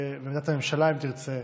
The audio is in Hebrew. ועמדת הממשלה, אם תרצה,